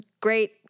great